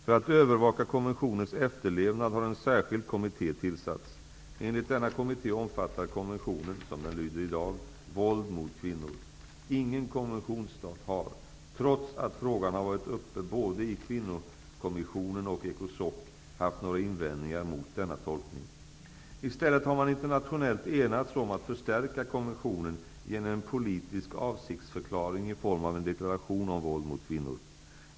För att övervaka konventionens efterlevnad har en särskild kommitté tillsatts. Enligt denna kommitté omfattar konventionen, som den lyder i dag, våld mot kvinnor. Ingen konventionsstat har, trots att frågan har varit uppe både i Kvinnokommissionen och ECOSOC, haft några invändningar mot denna tolkning. I stället har man internationellt enats om att förstärka konventionen genom en politisk avsiktsförklaring i form av en deklaration om våld mot kvinnor.